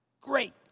Great